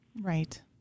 Right